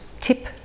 tip